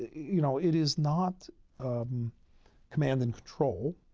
you know, it is not um command and control.